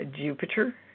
Jupiter